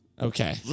Okay